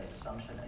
assumption